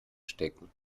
stecken